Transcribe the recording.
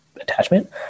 attachment